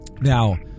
Now